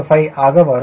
05 ஆக வரும்